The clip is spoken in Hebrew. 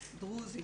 דרוזים,